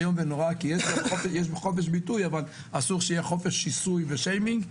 יש חופש ביטוי אבל אסור שיהיה חופש שיסוי ושיימינג.